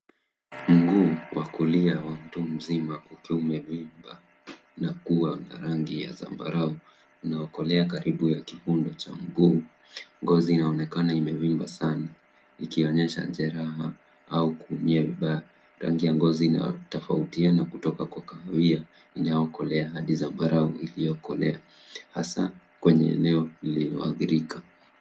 Mguu wa kulia wa mtu mzima ukiwa umevimba na kuwa na rangi ya zambarau inayokolea. Karibu na kifundo cha mguu ngozi inaonekana imevimba sana ikionyesha jeraha au kuumia vibaya. Rangi ya ngozi inatofautiana kutoka kwa rangi ya kahawia iliyokolea hadi kwa zambarau iliyokolea hasa kwenye eneo lililoathirika.